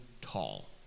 tall